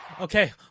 Okay